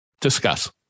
Discuss